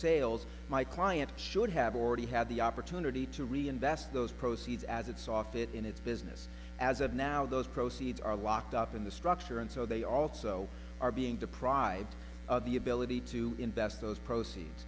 sales my client should have already had the opportunity to reinvest those proceeds as it's off it in it's business as of now those proceeds are locked up in the structure and so they also are being deprived of the ability to invest those proceeds